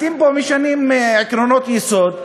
אתם פה משנים עקרונות יסוד,